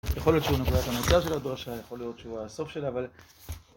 יכול להיות שהוא נקודת המוצא של הדרשה, יכול להיות שהוא הסוף שלה, אבל...